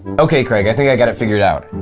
ok, craig, i think i got it figured out.